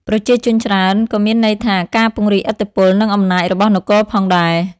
ប្រជាជនច្រើនក៏មានន័យថា ការពង្រីកឥទ្ធិពល និងអំណាចរបស់នគរផងដែរ។